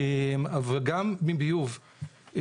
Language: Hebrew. וגם מביוב.